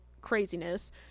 craziness